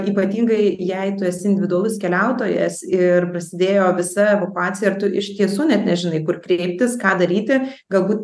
ypatingai jei tu esi individualus keliautojas ir prasidėjo visa evakuacija ir tu iš tiesų net nežinai kur kreiptis ką daryti galbūt